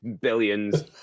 billions